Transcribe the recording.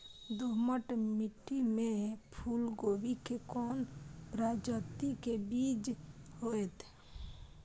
दोमट मिट्टी में फूल गोभी के कोन प्रजाति के बीज होयत?